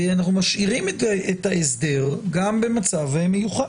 ואנחנו משאירים את ההסדר גם במצב מיוחד.